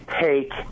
take